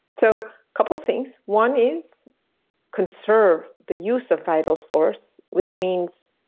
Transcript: so couple things, one is conserve the use of vital force, which means